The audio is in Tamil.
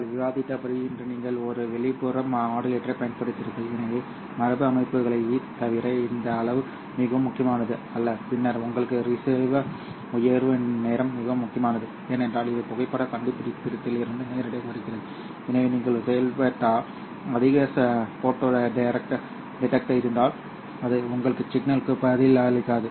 நாங்கள் விவாதித்தபடி இன்று நீங்கள் ஒரு வெளிப்புற மாடுலேட்டரைப் பயன்படுத்துகிறீர்கள் எனவே மரபு அமைப்புகளைத் தவிர இந்த அளவு மிகவும் முக்கியமானது அல்ல பின்னர் உங்களுக்கு ரிசீவர் உயர்வு நேரம் மிகவும் முக்கியமானது ஏனென்றால் இது புகைப்படக் கண்டுபிடிப்பிலிருந்து நேரடியாக வருகிறது எனவே நீங்கள் செய்யாவிட்டால் அதிவேக ஃபோட்டோ டிடெக்டர் இருந்தால் அது உங்கள் சிக்னல்களுக்கு பதிலளிக்காது